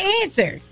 answer